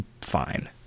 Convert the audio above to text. fine